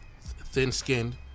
thin-skinned